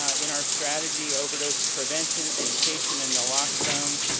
ah in our strategy, overdose prevention education in naloxone.